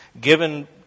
given